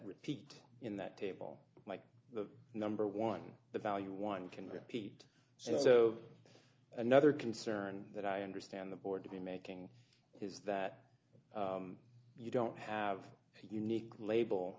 repeat in that table like the number one the value one can repeat so another concern that i understand the board to be making is that you don't have a unique label